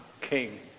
king